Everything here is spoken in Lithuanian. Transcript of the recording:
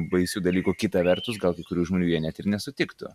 baisių dalykų kita vertus gal kai kurių žmonių jie net ir nesutiktų